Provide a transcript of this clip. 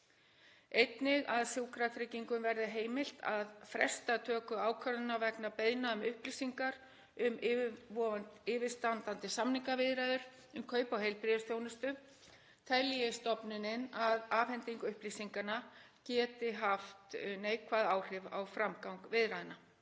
Einnig að Sjúkratryggingum verði heimilt að fresta töku ákvörðunar vegna beiðna um upplýsingar um yfirstandandi samningaviðræður um kaup á heilbrigðisþjónustu telji stofnunin að afhending upplýsinganna geti haft neikvæð áhrif á framgang viðræðnanna.